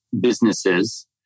businesses